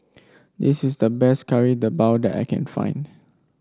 this is the best Kari Debal that I can find